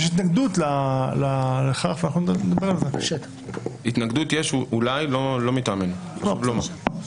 אפשר אולי לעשות את זה בתיקון עקיף.